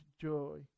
joy